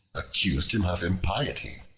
accused him of impiety,